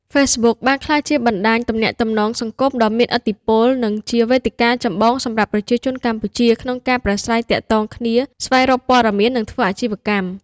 Facebook បានក្លាយជាបណ្តាញទំនាក់ទំនងសង្គមដ៏មានឥទ្ធិពល និងជាវេទិកាចម្បងសម្រាប់ប្រជាជនកម្ពុជាក្នុងការប្រាស្រ័យទាក់ទងគ្នា ស្វែងរកព័ត៌មាន និងធ្វើអាជីវកម្ម។